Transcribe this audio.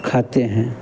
खाते हैं